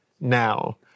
Now